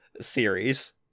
series